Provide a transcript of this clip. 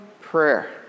prayer